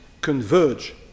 converge